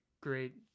great